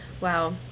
wow